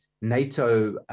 NATO